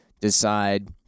decide